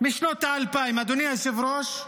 משנות האלפיים, אדוני היושב-ראש,